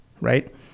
right